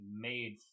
made